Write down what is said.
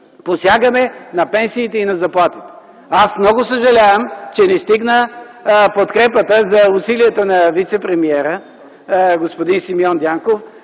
посягаме на пенсиите и на заплатите. Аз много съжалявам, че не стигна подкрепата за усилията на вицепремиера господин Симеон Дянков,